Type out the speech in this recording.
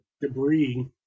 debris